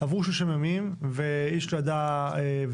עברו 30 ימים ואיש לא ידע וזהו,